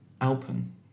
alpen